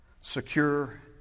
secure